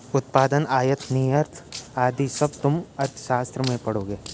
उत्पादन, आयात निर्यात आदि सब तुम अर्थशास्त्र में पढ़ोगे